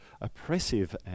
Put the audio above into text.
oppressive